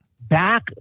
back